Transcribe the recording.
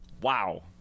Wow